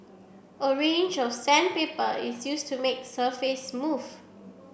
a range of sandpaper is used to make surface smooth